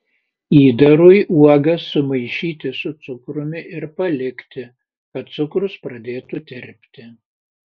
įdarui uogas sumaišyti su cukrumi ir palikti kad cukrus pradėtų tirpti